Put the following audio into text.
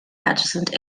adjacent